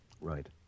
Right